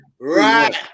right